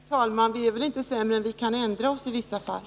Herr talman! Vi är väl inte sämre än att vi kan ändra oss i vissa fall.